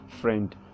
friend